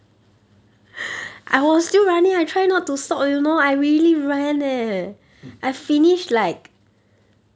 mm